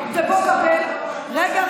רגע,